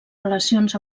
relacions